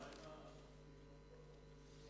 מה עם השופטים ברמות הנמוכות?